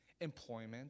employment